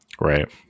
right